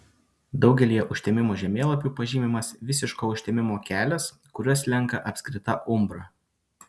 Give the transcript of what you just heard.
daugelyje užtemimo žemėlapių pažymimas visiško užtemimo kelias kuriuo slenka apskrita umbra